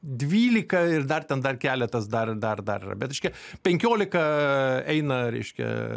dvylika ir dar ten dar keletas dar dar dar bet reiškia penkiolika eina reiškia